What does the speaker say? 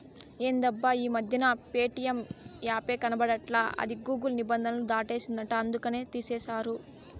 ఎందబ్బా ఈ మధ్యన ప్యేటియం యాపే కనబడట్లా అది గూగుల్ నిబంధనలు దాటేసిందంట అందుకనే తీసేశారు